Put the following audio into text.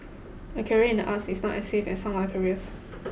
a career in the arts is not as safe as some other careers